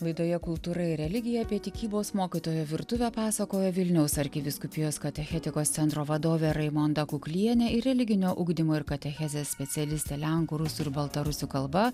laidoje kultūra ir religija apie tikybos mokytojo virtuvę pasakojo vilniaus arkivyskupijos katechetikos centro vadovė raimonda kuklienė ir religinio ugdymo ir katechezės specialistė lenkų rusų ir baltarusių kalba